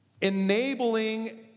enabling